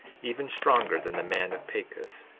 even stronger than the men of pachus,